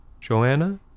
Joanna